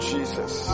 Jesus